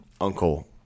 uncle